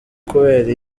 kubera